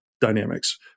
dynamics